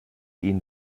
ihn